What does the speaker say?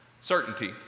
Certainty